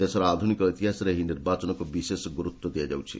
ଦେଶର ଆଧୁନିକ ଇତିହାସରେ ଏହି ନିର୍ବାଚନକୁ ବିଶେଷ ଗୁରୁତ୍ୱ ଦିଆଯାଉଛି